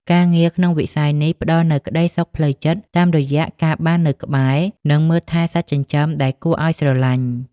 ការងារក្នុងវិស័យនេះផ្ដល់នូវក្តីសុខផ្លូវចិត្ត តាមរយៈការបាននៅក្បែរ និងមើលថែសត្វចិញ្ចឹមដែលគួរឱ្យស្រឡាញ់។